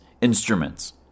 instruments